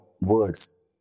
words